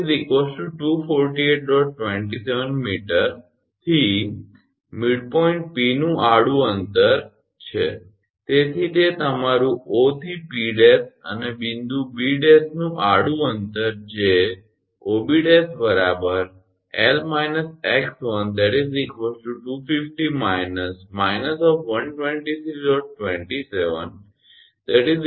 27 𝑚 થી મિડપોઇન્ટ 𝑃 નું આડું અંતર તેથી તે તમારું 𝑂 થી 𝑃′ અને બિંદુ 𝐵′ નું આડૂં અંતર જે 𝑂𝐵′ 𝐿 − 𝑥1 250 − −123